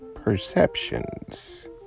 Perceptions